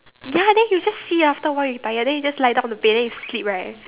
ya then you just see after a while you tired then you just lie down on the bed then you sleep right